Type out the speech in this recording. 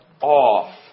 off